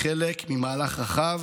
היא חלק ממהלך רחב